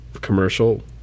commercial